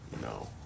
No